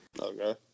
Okay